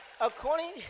According